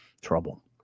Trouble